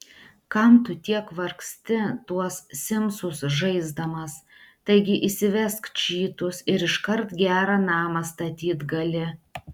kam tu tiek vargsti tuos simsus žaisdamas taigi įsivesk čytus ir iškart gerą namą statyt gali